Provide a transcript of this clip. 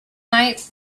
night